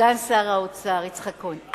סגן שר האוצר יצחק כהן,